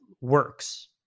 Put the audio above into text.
works